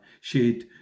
shed